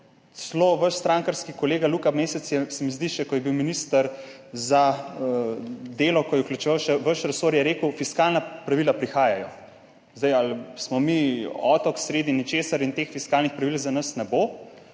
vaš strankarski kolega Luka Mesec je, se mi zdi še takrat, ko je bil minister za delo, ko je vključeval še vaš resor, rekel, da fiskalna pravila prihajajo. Ali smo mi otok sredi ničesar in teh fiskalnih pravil za nas ne bo?